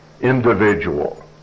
individual